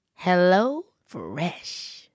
HelloFresh